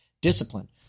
discipline